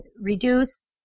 reduce